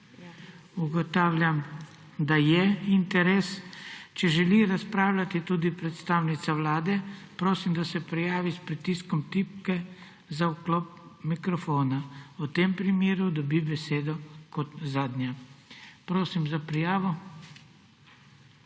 Ugotavljam, da je interes. Če želi razpravljati tudi predstavnica Vlade, prosim, da se prijavi s pritiskom tipke za vklop mikrofona, v tem primeru dobi besedo kot zadnja. Prosim za prijavo.